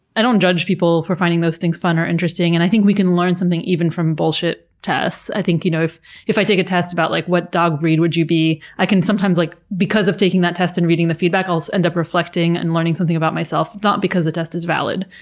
i don't judge people for finding those things fun or interesting, and i think we can learn something even from bullshit tests. i think, you know, if if i take a test about, like what dog breed would you be? i can sometimes, like because of taking that test and reading the feedback, i'll end up reflecting and learning something about myself, not because the test is valid,